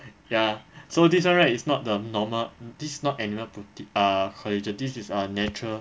ya so this [one] right is not the normal this not animal prote~ ah collagen this is ah natural